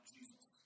Jesus